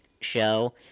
show